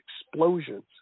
explosions